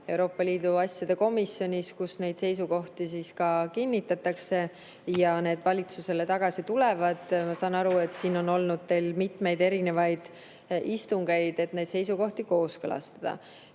Euroopa Liidu asjade komisjonis, kus neid seisukohti kinnitatakse ja kust need valitsusele tagasi tulevad. Ma saan aru, et siin on olnud teil mitmeid erinevaid istungeid, et neid seisukohti kooskõlastada. Ma